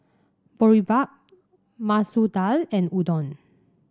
Boribap Masoor Dal and Udon